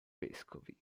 vescovi